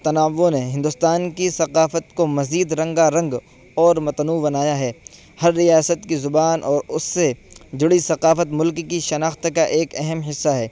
تنوع نے ہندوستان کی ثقافت کو مزید رنگا رنگ اور متنوع بنایا ہے ہر ریاست کی زبان اور اس سے جڑی ثقافت ملک کی شناخت کا ایک اہم حصہ ہے